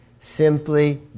simply